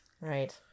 Right